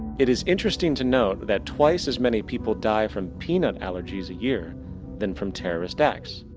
it is interesting to note that twice as many people die from peanut allergies a year than from terrorist acts.